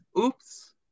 Oops